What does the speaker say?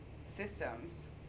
systems